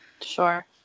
Sure